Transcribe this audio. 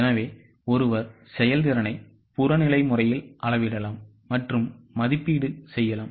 எனவே ஒருவர் செயல்திறனை புறநிலை முறையில் அளவிடலாம் மற்றும் மதிப்பீடு செய்யலாம்